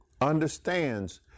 understands